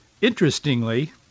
Interestingly